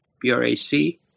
B-R-A-C